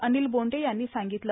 अनिल बोंडे यांनी सांगितले